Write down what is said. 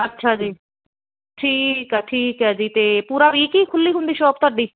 ਅੱਛਾ ਜੀ ਠੀਕ ਆ ਠੀਕ ਹੈ ਜੀ ਤੇ ਪੂਰਾ ਵੀਕ ਹੀ ਖੁੱਲੀ ਹੁੰਦੀ ਸ਼ੋਪ ਤੁਹਾਡੀ